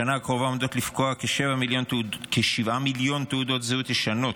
בשנה הקרובה עומדות לפקוע כ-7 מיליון תעודות זהות ישנות,